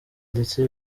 ndetse